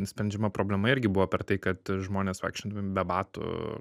sprendžiama problema irgi buvo per tai kad žmonės vaikšto be batų